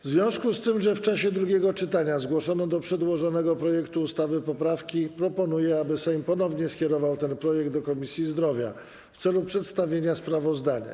W związku z tym, że w czasie drugiego czytania zgłoszono do przedłożonego projektu ustawy poprawki, proponuję, aby Sejm ponownie skierował ten projekt do Komisji Zdrowia w celu przedstawienia sprawozdania.